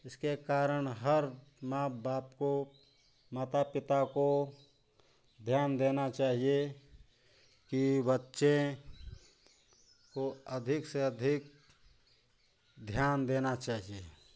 जिसके कारण हर माँ बाप को माता पिता को ध्यान देना चाहिए की बच्चे को अधिक से अधिक ध्यान देना चाहिए